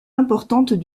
importantes